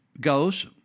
goes